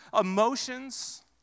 emotions